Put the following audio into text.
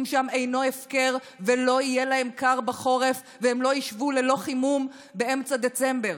אינם הפקר ולא יהיה להם קר בחורף והם לא ישבו ללא חימום באמצע דצמבר?